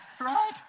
Right